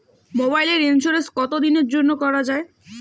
মোবাইলের ইন্সুরেন্স কতো দিনের জন্যে করা য়ায়?